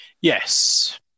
Yes